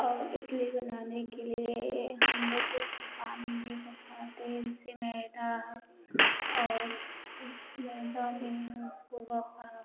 इडली बनाने के लिए हमलोग उसको पानी में भिंगोते हैं उसमें दाल और उसमें दही उसमें